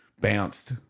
bounced